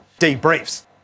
debriefs